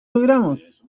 logramos